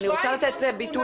ההשוואה היא לא נכונה.